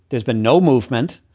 there's been no movement.